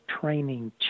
training